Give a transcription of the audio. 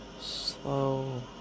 slow